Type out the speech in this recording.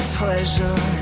pleasure